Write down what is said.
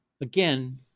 Again